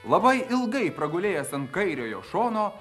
labai ilgai pragulėjęs ant kairiojo šono